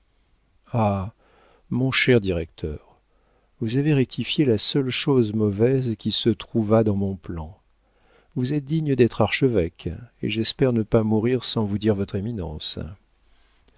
ah mon cher directeur vous avez rectifié la seule chose mauvaise qui se trouvât dans mon plan vous êtes digne d'être archevêque et j'espère ne pas mourir sans vous dire votre éminence